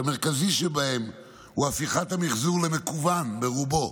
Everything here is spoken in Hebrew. והמרכזי שבהם הוא הפיכת המחזור למקוון ברובו.